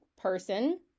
person